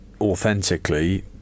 authentically